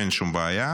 אין שום בעיה.